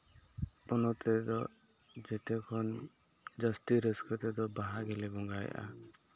ᱯᱚᱱᱚᱛ ᱨᱮᱫᱚ ᱡᱮᱛᱮ ᱠᱷᱚᱱ ᱡᱟᱹᱥᱛᱤ ᱨᱟᱹᱥᱠᱟᱹ ᱛᱮᱫᱚ ᱵᱟᱦᱟ ᱜᱮᱞᱮ ᱵᱚᱸᱜᱟᱭᱮᱜᱼᱟ